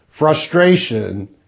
frustration